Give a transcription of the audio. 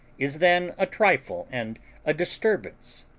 is then a trifle and a disturbance.